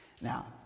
Now